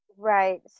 Right